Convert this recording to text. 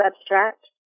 abstract